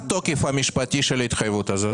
מה התוקף המשפטי של ההתחייבות הזאת?